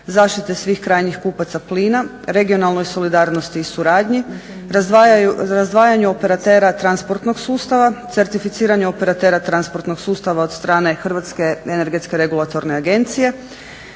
zaštite svih krajnjih kupaca plina, regionalnoj solidarnosti i suradnji, razdvajanju operatera transportnog sustava, certificiranju operatera transportnog sustava od strane Hrvatske energetske regulatorne agencije,